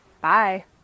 Bye